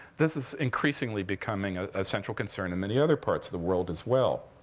this is increasingly becoming a central concern in many other parts of the world as well.